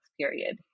period